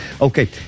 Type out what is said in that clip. Okay